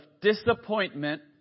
disappointment